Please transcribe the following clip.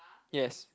yes